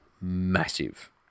massive